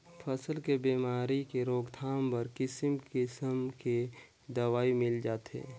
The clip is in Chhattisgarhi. फसल के बेमारी के रोकथाम बर किसिम किसम के दवई मिल जाथे